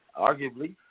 Arguably